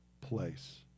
place